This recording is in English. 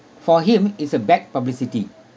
for him it's a bad publicity